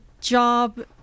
job